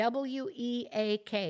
WEAK